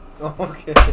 Okay